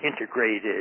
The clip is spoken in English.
integrated